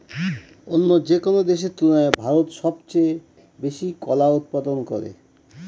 অন্য যেকোনো দেশের তুলনায় ভারত সবচেয়ে বেশি কলা উৎপাদন করে